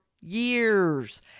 years